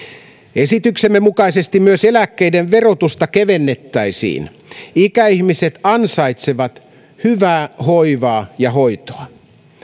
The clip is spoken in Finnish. esityksemme mukaisesti myös eläkkeiden verotusta kevennettäisiin ikäihmiset ansaitsevat hyvää hoivaa ja hoitoa